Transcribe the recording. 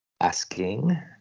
asking